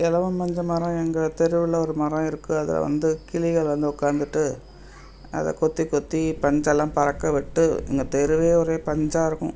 இலவம் பஞ்சு மரம் எங்கள் தெருவில் ஒரு மரம் இருக்குது அதில் வந்து கிளிகள் வந்து உக்காந்துட்டு அதை கொத்தி கொத்தி பஞ்செல்லாம் பறக்க விட்டு எங்கள் தெருவே ஒரே பஞ்சாக இருக்கும்